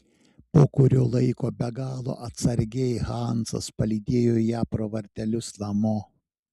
po kurio laiko be galo atsargiai hansas palydėjo ją pro vartelius namo